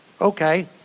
okay